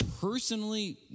personally